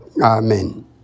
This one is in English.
Amen